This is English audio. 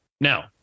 now